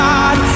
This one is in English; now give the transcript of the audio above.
God